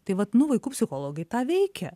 tai vat nu vaikų psichologai tą veikia